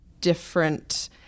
different